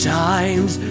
times